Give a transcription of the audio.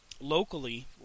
locally